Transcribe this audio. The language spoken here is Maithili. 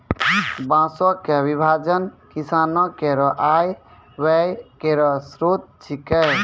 बांसों क विभाजन किसानो केरो आय व्यय केरो स्रोत छिकै